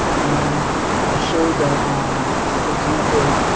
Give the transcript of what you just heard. and i showed that um for example,